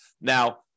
Now